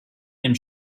dem